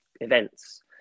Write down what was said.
events